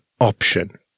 option